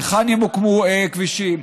היכן ימוקמו כבישים,